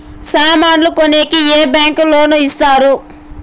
సామాన్లు కొనేకి ఏ బ్యాంకులు లోను ఇస్తారు?